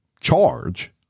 charge